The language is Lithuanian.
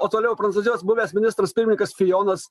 o toliau prancūzijos buvęs ministras pirmininkas fionas